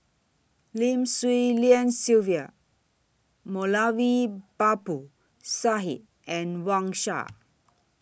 Lim Swee Lian Sylvia Moulavi Babu Sahib and Wang Sha